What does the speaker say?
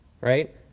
right